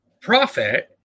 profit